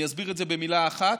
אני אסביר את זה במילה אחת.